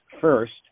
first